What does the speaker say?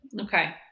Okay